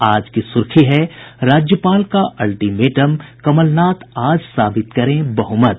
आज की सुर्खी है राज्यपाल का अल्टीमेटम कमलनाथ आज साबित करें बहुमत